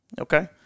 okay